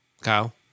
Kyle